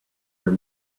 your